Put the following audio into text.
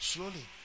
Slowly